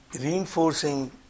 reinforcing